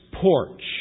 porch